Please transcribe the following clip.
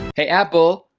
hey apple,